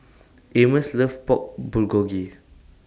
Amos loves Pork Bulgogi